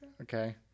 Okay